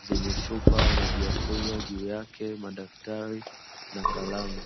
zenye chupa ya a maji ya kunywa juu yake, madaftari na kalamu.